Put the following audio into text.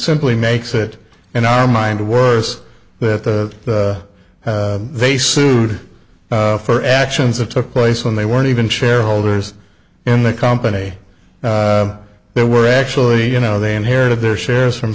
simply makes it in our mind a worse that the they sued for actions of took place when they weren't even shareholders in the company there were actually you know they inherited their shares from